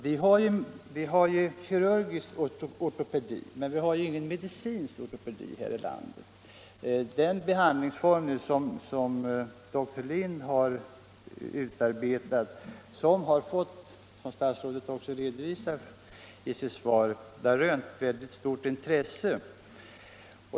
Vi har kirurgisk ortopedi, men vi har ingen medicinsk ortopedi här i landet. Den behandlingsform som dr Lind utarbetat har — som statsrådet också redovisat i sitt svar — rönt stort intresse.